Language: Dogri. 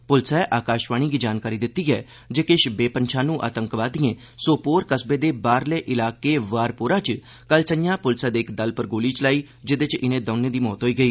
पुलसै आकाशवाणी गी जानकारी दित्ती ऐ जे किश बेपन्छानू आतंकवादिएं सोपोर कस्बे दे बाहरले इलाकें वारपोरा च कल संझा पुलसै दे इक दल पर गोली चलाई जेदे च इनें द'ऊं दी मौत होई गेई